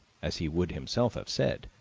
as he would himself have said,